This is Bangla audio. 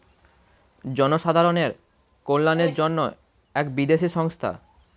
জনসাধারণের কল্যাণের জন্য এক বিদেশি সংস্থা